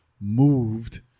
moved